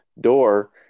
door